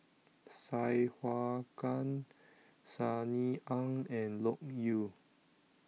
Sai Hua Kuan Sunny Ang and Loke Yew